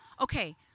Okay